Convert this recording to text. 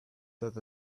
that